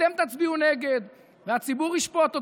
אתם תצביעו נגד, והציבור ישפוט אתכם.